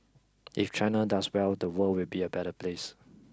if China does well the world will be a better place